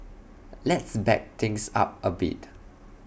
let's back things up A bit